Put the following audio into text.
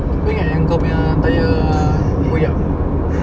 kau ingat yang kau punya tayar koyak